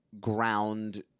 ground